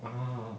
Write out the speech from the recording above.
uh